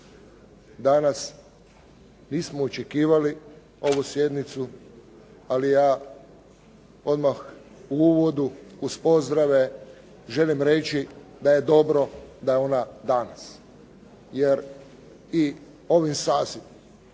danas nismo očekivali ovu sjednicu ali ja odmah u uvodu uz pozdrave želim reći da je dobro da je ona danas. Jer i ovim sazivom